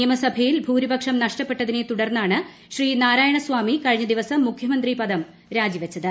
നിയമസഭയിൽ ഭൂരിപക്ഷം നഷ്ടപ്പെട്ടതിനെ തുടർന്നാണ് ശ്രീ നാരായണസ്വാമി കഴിഞ്ഞ ദിവസം മുഖ്യമന്ത്രി പദം രാജിവെച്ചത്